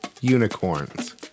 unicorns